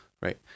right